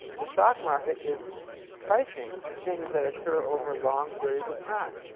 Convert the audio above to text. the stock market is pricing things that occur over long periods of time.